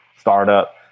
startup